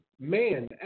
man